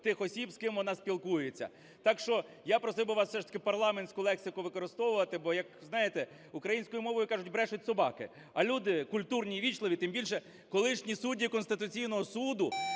тих осіб, з ким вона спілкується. Так що я просив би вас все ж таки парламентську лексику використовувати, бо як знаєте, українською мовою кажуть: брешуть собаки. А люди культурні і ввічливі, тим більше, колишні судді Конституційного Суду